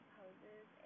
poses